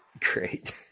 Great